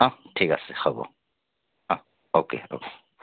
অ ঠিক আছে হ'ব অ অ'কে অ